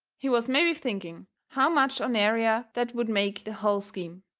he was mebby thinking how much ornerier that would make the hull scheme.